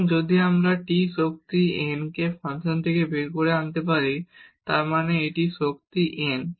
এবং যদি আমরা এই t শক্তি n কে ফাংশন থেকে বের করে আনতে পারি তার মানে এই টি শক্তি n